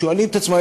שואלים את עצמם,